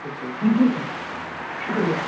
okay thank you sir شکریہ